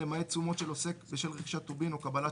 למעט תשומות של עוסק בשל רכישת טובין או קבלת